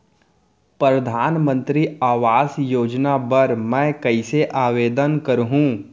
परधानमंतरी आवास योजना बर मैं कइसे आवेदन करहूँ?